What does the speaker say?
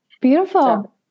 Beautiful